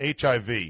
HIV